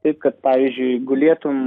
taip kad pavyzdžiui gulėtum